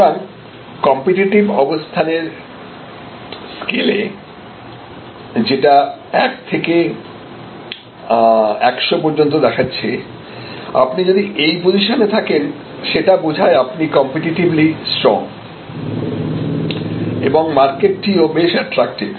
সুতরাং কম্পিটিটিভ অবস্থানের স্কেলে যেটা 1 থেকে 100 পর্যন্ত দেখাচ্ছে আপনি যদি এই পজিশনে থাকেন সেটা বোঝায় আপনি কম্পেটিটিভলি স্ট্রং এবং মার্কেট টি ও বেশ অ্যাট্রাক্টিভ